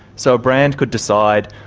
so a brand could decide,